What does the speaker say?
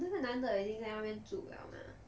那个男的已经在外面住了吗